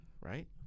Right